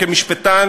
כמשפטן,